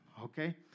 okay